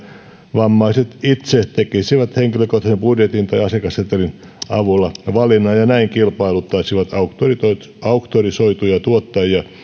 vammaiset itse tekisivät henkilökohtaisen budjetin tai asiakassetelin avulla valinnan ja näin kilpailuttaisivat auktorisoituja auktorisoituja tuottajia